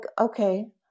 okay